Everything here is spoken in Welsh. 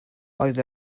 oedd